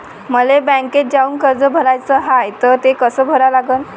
मले बँकेत जाऊन कर्ज भराच हाय त ते कस करा लागन?